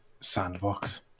Sandbox